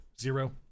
Zero